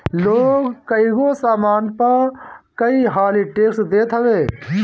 लोग कईगो सामान पअ कई हाली टेक्स देत हवे